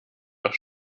aus